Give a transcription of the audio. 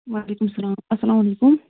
وعلیکُم سلام اسلام علیکُم